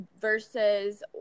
versus